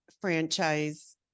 franchise